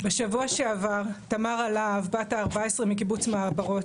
בשבוע שעבר תמרה להב בת ה- 14 מקיבוץ מעברות,